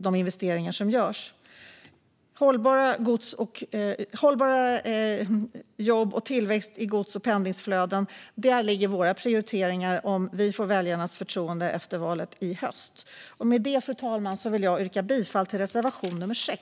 de investeringar som görs. Om vi får väljarnas förtroende i valet i höst ligger våra prioriteringar i hållbara jobb och tillväxt i gods och pendlingsflöden. Med det yrkar jag bifall till reservation 6.